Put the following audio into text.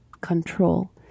control